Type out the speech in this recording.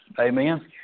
Amen